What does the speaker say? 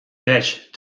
ditch